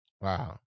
Wow